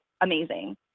amazing